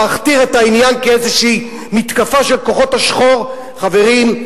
להכתיר את העניין כאיזושהי מתקפה של כוחות השחור חברים,